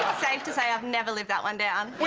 safe to say i've never lived that one down